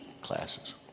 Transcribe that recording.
classes